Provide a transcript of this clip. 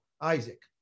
Isaac